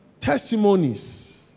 testimonies